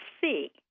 see